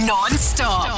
Non-stop